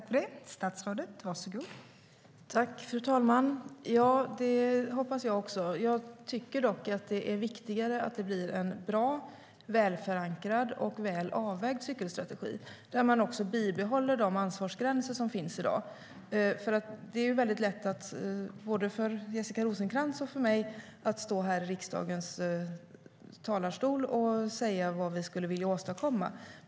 Fru talman! Ja, det hoppas jag också, Jessica Rosencrantz! Jag tycker dock att det är viktigare att det blir en bra, välförankrad och väl avvägd cykelstrategi där man också bibehåller de ansvarsgränser som finns i dag. Det är väldigt lätt för Jessica Rosencrantz och mig att stå här i riksdagen och säga vad vi skulle vilja åstadkomma.